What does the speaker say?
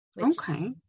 Okay